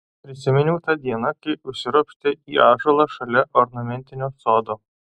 prisiminiau tą dieną kai užsiropštė į ąžuolą šalia ornamentinio sodo